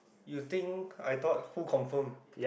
you think I thought who confirm